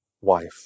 wife